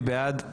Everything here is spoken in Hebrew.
מי בעד?